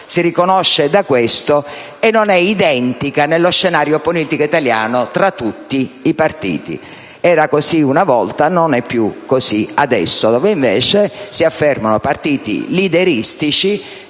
si riconosce da questo, e non è identica nello scenario politico italiano tra tutti i partiti. Era così una volta; non è più così adesso, in un contesto nel quale, invece, si affermano partiti leaderistici